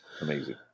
Amazing